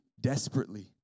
desperately